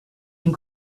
and